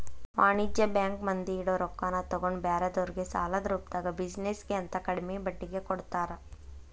ವಾಣಿಜ್ಯ ಬ್ಯಾಂಕ್ ಮಂದಿ ಇಡೊ ರೊಕ್ಕಾನ ತಗೊಂಡ್ ಬ್ಯಾರೆದೊರ್ಗೆ ಸಾಲದ ರೂಪ್ದಾಗ ಬಿಜಿನೆಸ್ ಗೆ ಅಂತ ಕಡ್ಮಿ ಬಡ್ಡಿಗೆ ಕೊಡ್ತಾರ